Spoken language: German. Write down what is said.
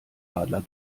adler